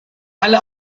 alle